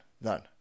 None